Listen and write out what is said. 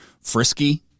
frisky